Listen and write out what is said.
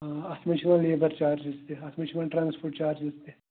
آ اَتھ منٛز چھِ یِوان لیبَر چارجِز تہِ اَتھ منٛز چھِ یِوان ٹرٛانسپوٹ چارجِز تہِ